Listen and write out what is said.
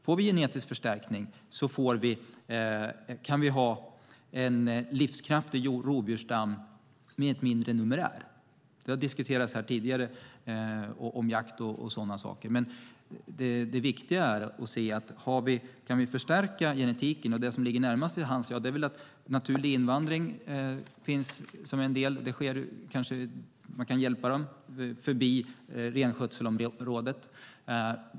Om vi får det kan vi ha en livskraftig rovdjursstam med en mindre numerär. Det har diskuterats här tidigare när det gäller jakt och sådana saker. Men det viktiga är att vi kan förstärka genetiken. Det som ligger närmast till hands är att naturlig invandring finns som en del. Man kanske kan hjälpa en del av djuren förbi renskötselområdet.